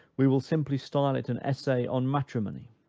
we will simply style it an essay on matrimony.